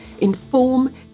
inform